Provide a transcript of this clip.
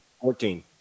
Fourteen